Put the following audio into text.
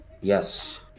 Yes